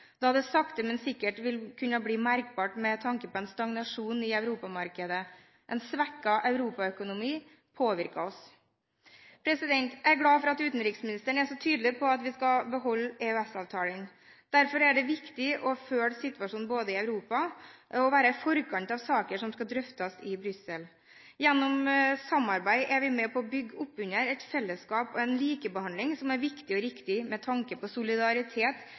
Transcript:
da det sakte, men sikkert vil kunne bli merkbart med tanke på en stagnasjon i europamarkedet. En svekket europaøkonomi påvirker oss. Jeg er glad for at utenriksministeren er så tydelig på at vi skal beholde EØS-avtalen. Derfor er det viktig både å følge situasjonen i Europa og være i forkant av saker som skal drøftes i Brussel. Gjennom samarbeid er vi med på å bygge opp under et fellesskap og en likebehandling som er viktig og riktig med tanke på solidaritet